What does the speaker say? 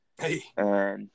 Hey